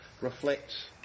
reflects